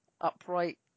Upright